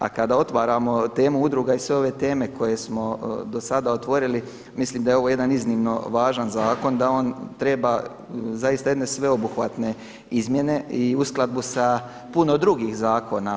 A kada otvaramo temu udruga i sve ove teme koje smo do sada otvorili, mislim da je ovo jedan iznimno važan zakon, da on treba zaista jedne sveobuhvatne izmjene i uskladbu sa puno drugih zakona.